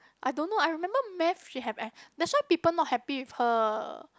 I don't know I remember math she have that's why people not happy with her